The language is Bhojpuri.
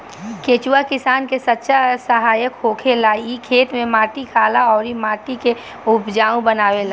केचुआ किसान के सच्चा सहायक होखेला इ खेत में माटी खाला अउर माटी के उपजाऊ बनावेला